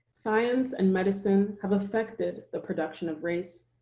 science and medicine have affected the production of race,